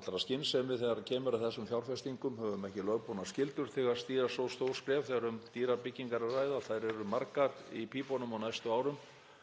allrar skynsemi þegar kemur að þessum fjárfestingum og höfum ekki lögboðnar skyldur til að stíga svo stór skref þegar um dýrar byggingar er að ræða og þær eru margar í pípunum á næstu árum.